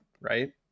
right